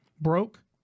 Broke